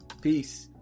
Peace